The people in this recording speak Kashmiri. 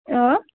آ